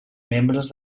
membres